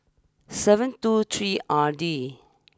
seven two three R D